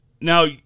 now